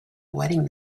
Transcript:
wedding